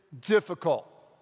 difficult